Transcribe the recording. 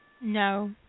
No